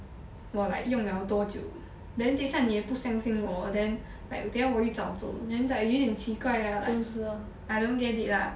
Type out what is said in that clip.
我 like 用 liao 多久 then 等下你也不相信我 then like 等一下我又早走有一点奇怪 lah I don't get it lah